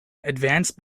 advanced